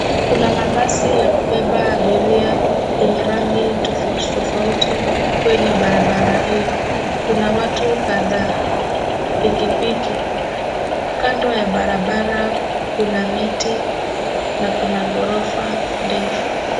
Kuna mabasi ya kubeba abiria yenye rangi tofautitofauti kwenye barabara hii. Kuna watu kadhaa, pikipiki. Kando ya barabara kuna miti na kuna ghorofa ndefu.